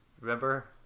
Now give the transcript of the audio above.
remember